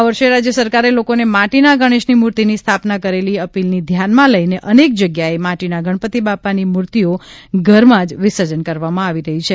આ વર્ષે રાજ્ય સરકારે લોકોને માટીના ગણેશની મૂર્તિની સ્થાપના કરેલી અપીલની ધ્યાનમાં લઇને અનેક જગ્યાએ માટીના ગણપતિ બાપાની મૂર્તિઓ ઘરમાં જ વિસર્જન કરવામાં આવી રહી છે